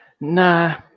Nah